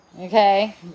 Okay